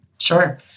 Sure